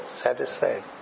satisfied